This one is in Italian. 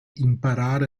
imparare